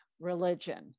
religion